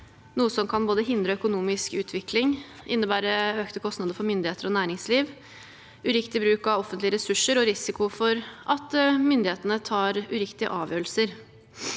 noe som kan både hindre økonomisk utvikling og innebære økte kostnader for myndigheter og næringsliv, uriktig bruk av offentlige ressurser og risiko for at myndighetene tar uriktige avgjørelser.